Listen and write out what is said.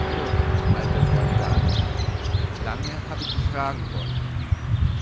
höre alter freund daniel lange habe ich dich fragen wollen